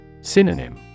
Synonym